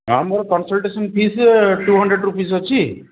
ହଁ ମୋର consultancy fees two hundred rupees ଅଛି